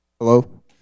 Hello